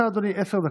אדוני, עשר דקות.